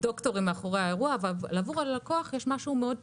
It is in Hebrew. דוקטורים מאחורי האירוע אבל עבור הלקוח יש משהו מאוד פשוט: